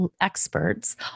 experts